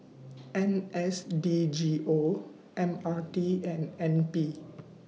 N S D G O M R T and N P